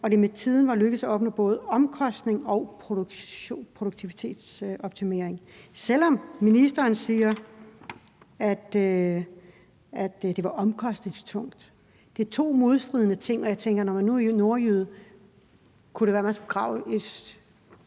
det med tiden var lykkedes at opnå både omkostnings- og produktivitetsoptimering, selv om ministeren siger, at det var omkostningstungt. Det er to modstridende ting, og jeg tænker, at når man nu er nordjyde, kunne det være, at